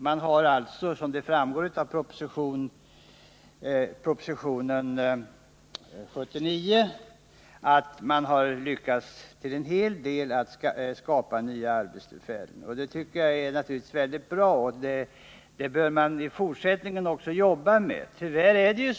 Man har alltså, som framgår av proposition 79, lyckats till god del att skapa nya arbetstillfällen. Det tycker jag naturligtvis är väldigt bra, och man bör jobba vidare med det här även i fortsättningen.